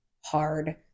hard